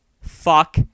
Fuck